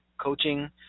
coaching